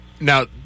Now